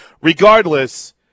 Regardless